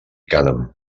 cànem